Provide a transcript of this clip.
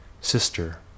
Sister